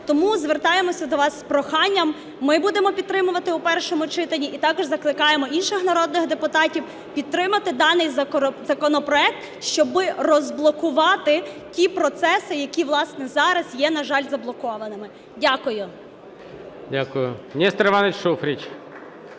Тому звертаємося до вас із проханням, ми будемо підтримувати у першому читанні і також закликаємо інших народних депутатів підтримати даний законопроект, щоби розблокувати ті процеси, які, власне, зараз є, на жаль, заблокованими. Дякую.